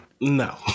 No